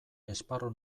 esparru